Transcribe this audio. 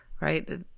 right